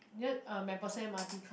near uh MacPherson m_r_t come